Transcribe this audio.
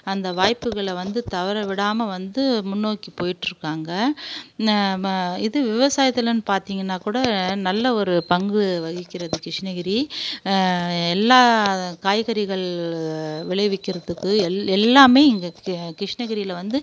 அந்த வாய்ப்புகளை வந்து தவற விடாமல் வந்து முன்னோக்கி போய்கிட்ருக்காங்க ம இது விவசாயத்தில்ன்னு பார்த்திங்கன்னா கூட நல்ல ஒரு பங்கு வகிக்கிறது கிருஷ்ணகிரி எல்லா காய்கறிகள் விளைவிக்கிறதுக்கு எல் எல்லாமே இங்கே க கிருஷ்ணகிரியில் வந்து